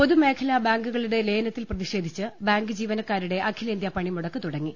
പൊതുമേഖലാബാങ്കുകളുടെ ലയനത്തിൽ പ്രതിഷേധിച്ച് ബാങ്ക് ജീവനക്കാരുടെ അഖിലേന്ത്യാ പണിമുടക്ക് തുടങ്ങി